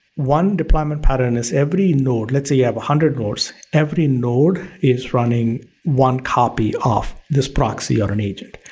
one deployment pattern is every node, let's say you have a hundred nodes, every node is running one copy of this proxy or an agent.